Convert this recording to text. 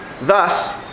Thus